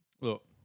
Look